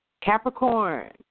Capricorn